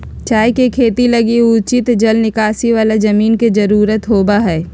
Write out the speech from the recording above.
चाय के खेती लगी उचित जल निकासी वाला जमीन के जरूरत होबा हइ